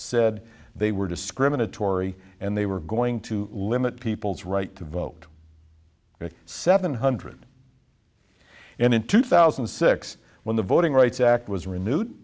said they were discriminatory and they were going to limit people's right to vote seven hundred and in two thousand and six when the voting rights act was renewed